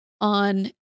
on